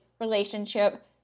relationship